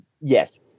Yes